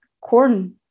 corn